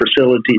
facility